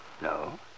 No